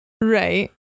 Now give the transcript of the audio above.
right